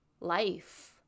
life